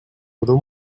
grup